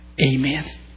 Amen